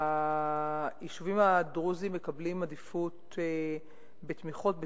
היישובים הדרוזיים מקבלים עדיפות בתמיכות,